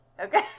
Okay